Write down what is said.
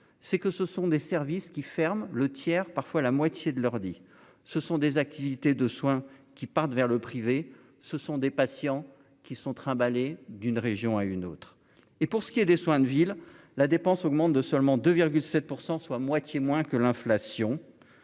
c'est que ce sont des services qui ferme le tiers parfois la moitié de leur dit ce sont des activités de soins qui partent vers le privé, ce sont des patients qui sont trimballées d'une région à une autre et pour ce qui est des soins de ville, la dépense augmente de seulement 2,7 % soit moitié moins que l'inflation